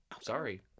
Sorry